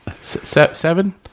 Seven